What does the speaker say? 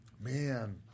Man